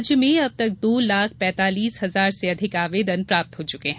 राज्य में अब तक दो लाख पैतालीस हजार से अधिक आवेदन प्राप्त हो चुके हैं